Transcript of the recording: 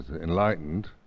enlightened